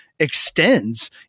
extends